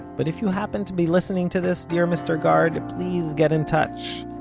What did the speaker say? but if you happen to be listening to this, dear mr. guard, please get in touch.